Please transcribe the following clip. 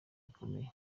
bikomeye